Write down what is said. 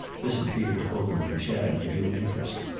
this appeared to open for chad a new interest.